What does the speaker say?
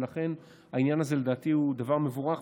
ולכן העניין הזה הוא לדעתי דבר מבורך,